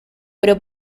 pero